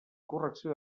correcció